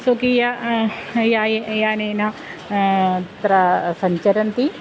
स्वकीयेन यानेन यानेन तत्र सञ्चरन्ति